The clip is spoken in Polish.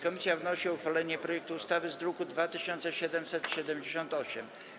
Komisja wnosi o uchwalenie projektu ustawy z druku nr 2778.